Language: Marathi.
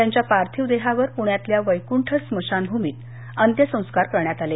त्यांच्या पार्थिव देहावर पुण्यातल्या वैकुंठ स्मशानभूमीत अंत्यसंस्कार करण्यात आले